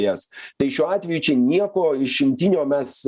jas tai šiuo atveju čia nieko išimtinio mes